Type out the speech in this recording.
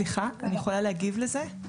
אני מבקשת להגיב לזה.